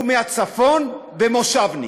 הוא מהצפון ומושבניק,